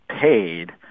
paid